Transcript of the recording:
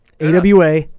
AWA